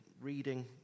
reading